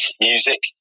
Music